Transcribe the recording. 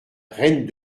reine